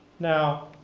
now,